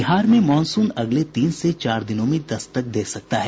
बिहार में मॉनसून अगले तीन से चार दिनों में दस्तक दे सकता है